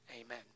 amen